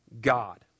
God